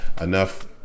enough